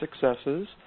successes